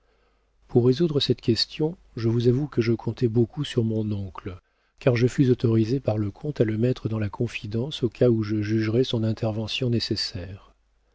pour résoudre cette question je vous avoue que je comptai beaucoup sur mon oncle car je fus autorisé par le comte à le mettre dans la confidence au cas où je jugerais son intervention nécessaire